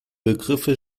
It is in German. begriffe